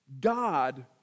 God